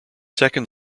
second